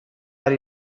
are